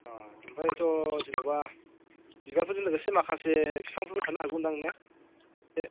अ ओमफ्रायथ' जेनेबा बिबारफोरजों लोगोसे माखासे बिफांफोरबो थानो हागौ दां ने